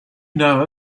know